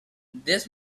this